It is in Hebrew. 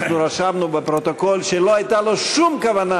אנחנו רשמנו בפרוטוקול שלא הייתה לו שום כוונה